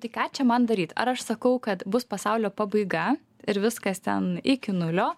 tai ką čia man daryt ar aš sakau kad bus pasaulio pabaiga ir viskas ten iki nulio